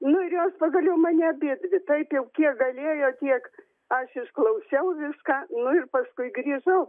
nuo ir jos pagaliau mane abidvi taip jau kiek galėjo tiek aš išklausiau viską nu ir paskui grįžau